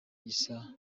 gisa